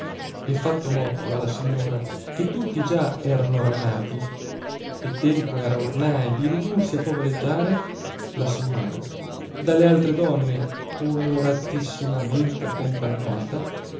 e fatto motto alla signora che tutti già erano ratinati e tempo era ornai di ridursi a favoleggiare la signora dalle altre donne onoratissimamente accompagnata